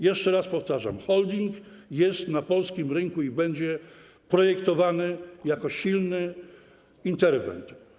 Jeszcze raz powtarzam: holding jest na polskim rynku i będzie projektowany jako silny interwent.